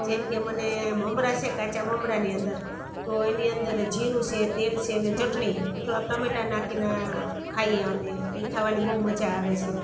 જેમકે મને મમરા છે કાચા મમરાની અંદર તો એની અંદરે જીરું છે તેલ છે ને ચટણી થોડાક ટમેટાં નાખીને ખાઈએ અમે એ ખાવાની બહુ મજા આવે છે